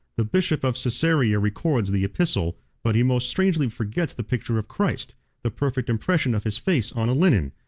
the bishop of caesarea records the epistle, but he most strangely forgets the picture of christ the perfect impression of his face on a linen,